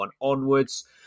onwards